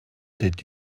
did